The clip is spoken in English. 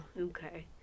Okay